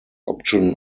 option